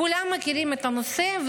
כולם מכירים את הנושא,